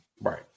right